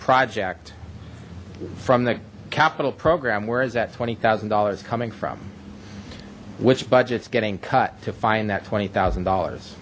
project from the capital program where is that twenty thousand dollars coming from which budgets getting cut to find that twenty thousand dollars